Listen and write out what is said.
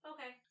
Okay